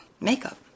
Makeup